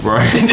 Right